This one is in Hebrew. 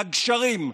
לגשרים,